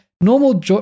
normal